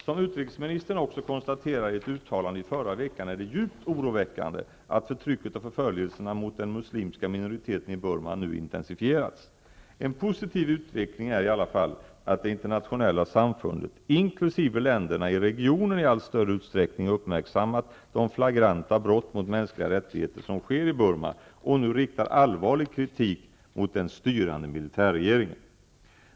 Som utrikesministern också konstaterade i ett uttalande i förra veckan är det djupt oroväckande att förtrycket och förföljelserna mot den muslimska minoriteten i Burma nu intensifierats. En positiv utveckling är i alla fall att det internationella samfundet inkl. länderna i regionen i allt större utsträckning uppmärksammat de flagranta brott mot mänskliga rättigheter som sker i Burma och nu riktar allvarlig kritik mot den styrande militärregimen.